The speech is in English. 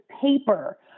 paper